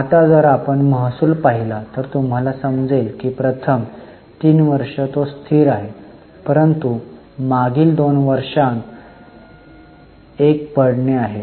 आता जर आपण महसूल पाहिला तर तुम्हाला समजेल की प्रथम 3 वर्षे ते स्थिर होते परंतु मागील 2 वर्षांत एक पडणे आहे